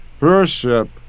worship